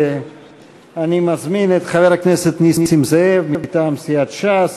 אני מזמין את חבר הכנסת נסים זאב, מטעם סיעת ש"ס.